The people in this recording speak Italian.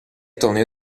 torneo